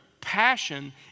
Passion